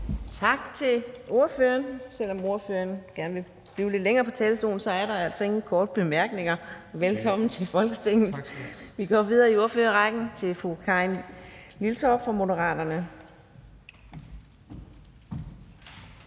Tak til ordføreren. Selv om ordføreren gerne vil blive lidt længere på talerstolen, er der altså ingen korte bemærkninger, men velkommen til Folketinget. Vi går videre i ordførerrækken til fru Karin Liltorp fra Moderaterne.